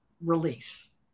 release